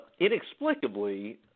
inexplicably